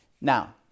now